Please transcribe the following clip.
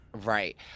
Right